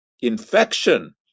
infection